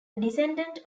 descendant